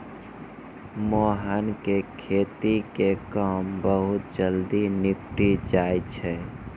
मोहन के खेती के काम बहुत जल्दी निपटी जाय छै